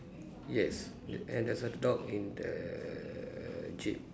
yes a~ and there's a dog in the jeep